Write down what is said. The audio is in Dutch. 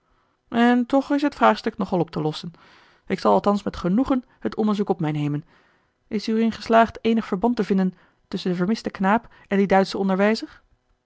en toch is het vraagstuk nog wel op te lossen ik zal althans met genoegen het onderzoek op mij nemen is u er in geslaagd eenig verband te vinden tusschen den vermisten knaap en dien duitschen onderwijzer